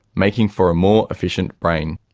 making for a more efficient brain.